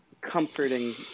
comforting –